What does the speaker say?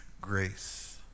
grace